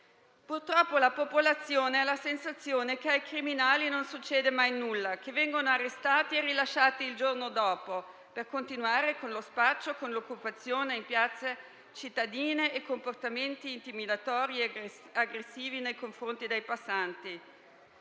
Purtroppo la popolazione ha la sensazione che ai criminali non succeda mai nulla, che vengano arrestati e rilasciati il giorno dopo per continuare con lo spaccio, con l'occupazione in piazze cittadine e comportamenti intimidatori e aggressivi nei confronti dei passanti.